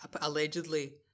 allegedly